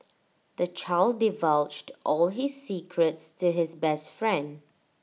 the child divulged all his secrets to his best friend